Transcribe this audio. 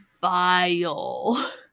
vile